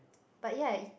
but ya